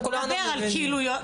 הוא לא מדבר על משהו אחר.